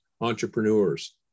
entrepreneurs